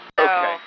Okay